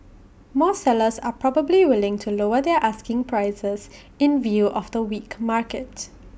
more sellers are probably willing to lower their asking prices in view of the weak market